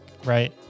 Right